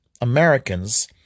Americans